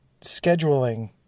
scheduling